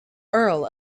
earl